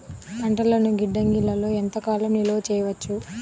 పంటలను గిడ్డంగిలలో ఎంత కాలం నిలవ చెయ్యవచ్చు?